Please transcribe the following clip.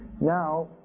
Now